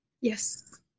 Yes